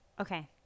Okay